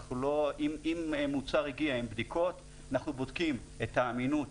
אם מוצר הגיע עם בדיקות אנחנו בודקים את האמינות